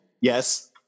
Yes